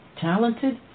talented